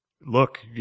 Look